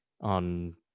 on